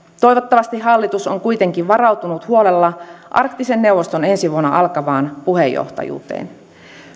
toivottavasti hallitus on kuitenkin varautunut huolella arktisen neuvoston ensi vuonna alkavaan puheenjohtajuuteen